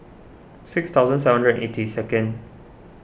six thousand seven hundred and eighty second